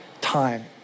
time